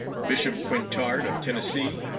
bishop quintard, of tennessee,